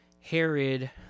Herod